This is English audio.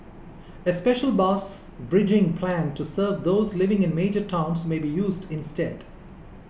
a special bus bridging plan to serve those living in major towns may be used instead